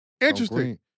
Interesting